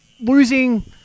Losing